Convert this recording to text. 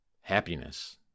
Happiness